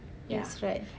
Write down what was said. that's right